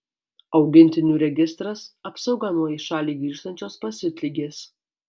augintinių registras apsauga nuo į šalį grįžtančios pasiutligės